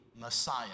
Messiah